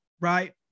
right